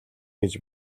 гэж